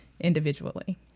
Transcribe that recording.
individually